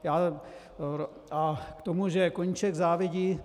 A k tomu, že Koníček závidí.